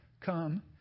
come